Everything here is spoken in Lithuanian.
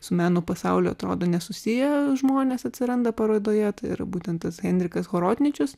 su meno pasauliu atrodo nesusiję žmonės atsiranda parodoje tai yra būtent tasai henrikas horodničius